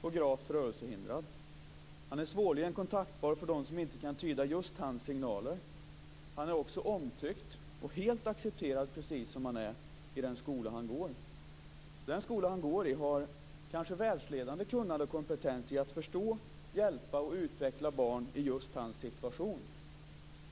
och gravt rörelsehindrad. Han är svårligen kontaktbar för dem som inte kan tyda just hans signaler. Han är också omtyckt och helt accepterad precis som han är i den skola han går i. Den skola han går i har kanske världsledande kunnande och kompetens när det gäller att förstå, hjälpa och utveckla barn i just hans situation.